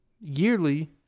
yearly